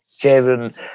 Kevin